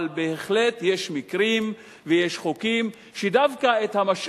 אבל בהחלט יש מקרים ויש חוקים שהמשאבים